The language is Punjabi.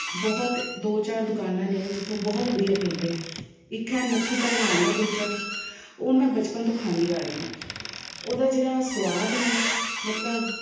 ਬਹੁਤ ਦੋ ਚਾਰ ਦੁਕਾਨਾਂ ਨੇ ਜਿੱਥੋਂ ਬਹੁਤ ਵਧੀਆ ਮਿਲਦੇ ਨੇ ਇੱਕ ਹੈ ਨੱਥੂ ਭਲਵਾਨ ਦਾ ਕੁਲਚਾ ਉਹ ਮੈਂ ਬਚਪਨ ਤੋਂ ਖਾਂਦੀ ਆ ਰਹੀ ਹਾਂ ਉਹਦਾ ਜਿਹੜਾ ਸਵਾਦ ਹੈ ਮਤਲਬ